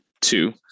two